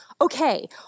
okay